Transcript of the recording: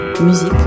musique